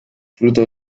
fruto